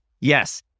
Yes